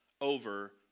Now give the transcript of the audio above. over